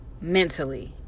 mentally